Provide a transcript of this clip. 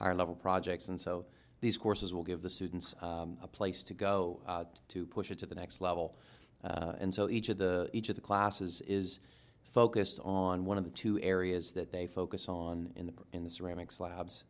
level projects and so these courses will give the students a place to go to push it to the next level and so each of the each of the classes is focused on one of the two areas that they focus on in the in the ceramics labs